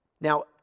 Now